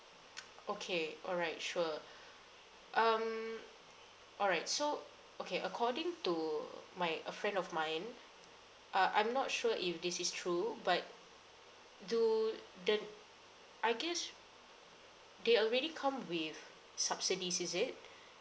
okay all right sure um all right so okay according to my a friend of mine uh I'm not sure if this is true but do the I guess they already come with subsidies is it